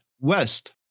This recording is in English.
West